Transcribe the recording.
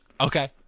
Okay